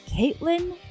Caitlin